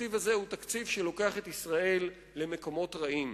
התקציב הזה הוא תקציב שלוקח את ישראל למקומות רעים.